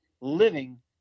living